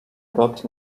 dot